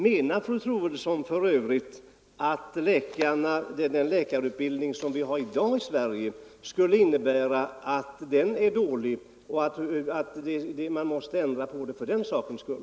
Menar fru Troedsson för övrigt att den läkarutbildning som vi har i dag i Sverige skulle vara dålig och att man måste göra ändringar för den sakens skull?